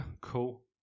cool